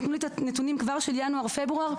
נתנו לי את הנתונים של ינואר פברואר,